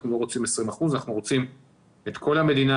אנחנו לא רוצים 20 אחוזים אלא אנחנו רוצים את כל המדינה.